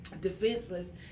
defenseless